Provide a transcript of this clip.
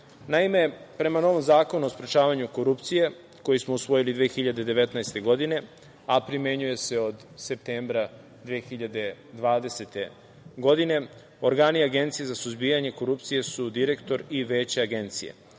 prema novom Zakonu o sprečavanju korupcije, koji smo usvojili 2019. godine, a primenjuje se od septembra 2020. godine, organi Agencije za suzbijanje korupcije su: direktor i Veće Agencije. Veće